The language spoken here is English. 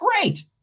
great